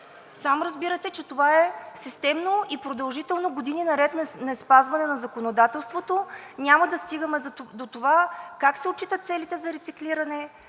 Сам разбирате, че това е системно и продължително години наред неспазване на законодателството. Няма да стигаме до това как се отчитат целите за рециклиране